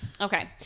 Okay